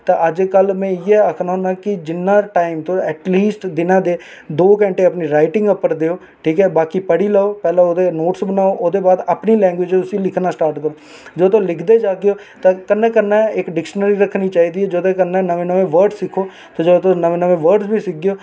ते अज्ज कल में इ'यै आक्खना होन्ना कि जिन्ना टाइम तुस ऐटलीस्ट दिना दे दो घैंटे अपनी राईटिंग उप्पर देओ ठीक ऐ बाकी पढ़ी लैओ पैह्लें ओह्दे नोटस बनाओ ओह्दे बाद अपनी लैंग्वेज च उसी लिखना स्टार्ट करो जे तुस लिखदे जाह्गेओ ते कन्नै कन्नै इक डिक्शनरी रक्खनी चाहिदी ऐ जेह्दे कन्नै नमें नमें वर्ड सिक्खो ते जे तुस नमें नमें वर्डस बी सिखगेओ